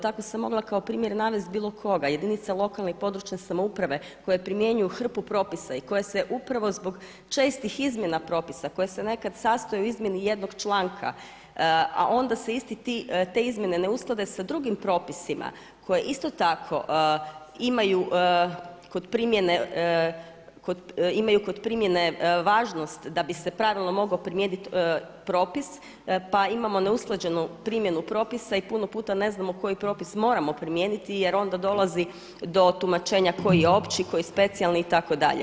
Tako sam mogla kao primjer navesti bilo koga, jedinice lokalne i područne samouprave koje primjenjuju hrpu propisa i koje se upravo zbog čestih izmjena propisa, koje se nekad sastoje u izmjeni jednog članka, a onda se iste te izmjene ne usklade sa drugim propisima koje isto tako imaju kod primjene važnost da bi se pravilno mogao primijeniti propis pa imamo neusklađenu primjenu propisa i puno puta ne znamo koji propis moramo primijeniti, jer onda dolazi do tumačenja koji je opći, koji je specijalni itd.